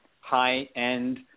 high-end